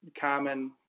common